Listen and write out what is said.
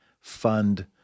fund